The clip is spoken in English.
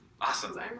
Awesome